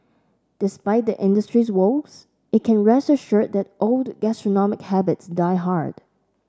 despite the industry's woes it can rest assured that old gastronomic habits die hard